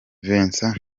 vincent